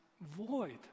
void